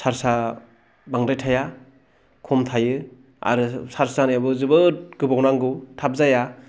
charge बांद्राय थाया खम थायो आरो चार्ज जानायाबो जोबोद गोबाव नांगौ थाब जाया